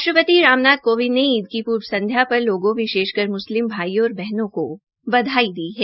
राष्ट्रपति राम नाथ कोविंद ने ईद की पूर्व संध्या पर लोगों विशेषकर मुस्लिम भाईयों और बहनों को शुभकामनायें दी है